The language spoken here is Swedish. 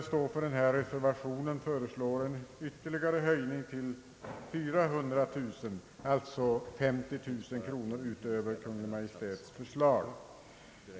Vi som står för reservationen föreslår en ytterligare höjning till 400 000 kronor, alltså 50 000 kronor utöver Kungl. Maj:ts förslag.